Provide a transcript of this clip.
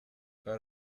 but